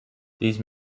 these